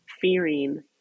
fearing